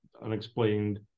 unexplained